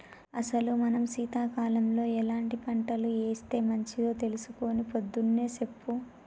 అసలు మనం సీతకాలంలో ఎలాంటి పంటలు ఏస్తే మంచిదో తెలుసుకొని పొద్దున్నే సెప్పు